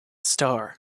star